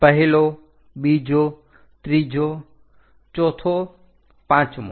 પહેલો બીજો ત્રીજો ચોથો પાંચમો